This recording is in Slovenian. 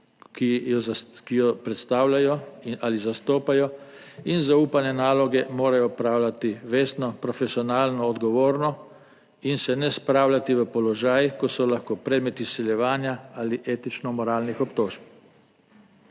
ki jo predstavljajo in ali zastopajo. In zaupanje, naloge morajo opravljati vestno, profesionalno, odgovorno in se ne spravljati v položaj, ko so lahko predmet izsiljevanja ali etično moralnih obtožb.